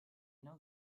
know